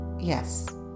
Yes